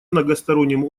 многосторонним